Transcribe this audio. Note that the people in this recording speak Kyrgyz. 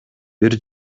бир